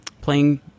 playing